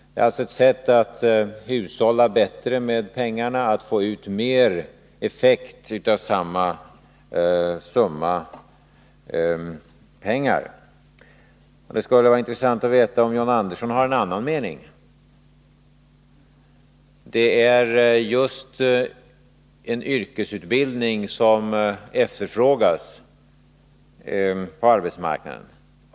Det är ett sätt att hushålla bättre med pengarna genom att få ut större effekt av samma summa. Det skulle vara intressant att få veta om John Andersson har någon annan mening. Det är just yrkesutbildning som efterfrågas på arbetsmarknaden.